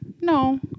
No